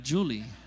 Julie